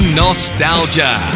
nostalgia